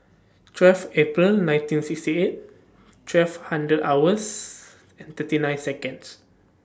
twelve April nineteen sixty eight twelve hundred hours and thirty nine Seconds